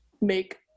make